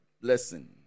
blessing